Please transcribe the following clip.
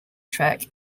track